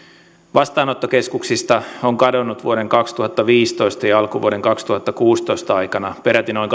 vastaanottokeskuksista on kadonnut vuoden kaksituhattaviisitoista ja ja alkuvuoden kaksituhattakuusitoista aikana peräti noin